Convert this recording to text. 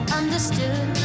understood